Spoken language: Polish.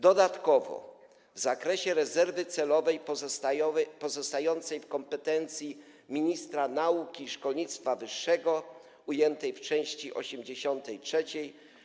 Dodatkowo w zakresie rezerwy celowej pozostającej w kompetencji ministra nauki i szkolnictwa wyższego, ujętej w części 83: